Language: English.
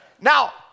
Now